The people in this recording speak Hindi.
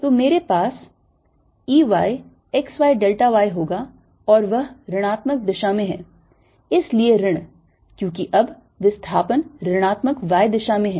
तो मेरे पास E y x y delta y होगा और वह ऋणात्मक दिशा में है इसलिए ऋण क्योंकि अब विस्थापन ऋणात्मक y दिशा में है